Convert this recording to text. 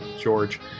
George